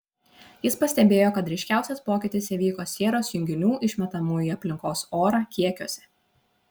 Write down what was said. jis pastebėjo kad ryškiausias pokytis įvyko sieros junginių išmetamų į aplinkos orą kiekiuose